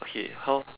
okay how